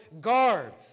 guard